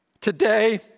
Today